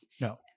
No